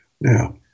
Now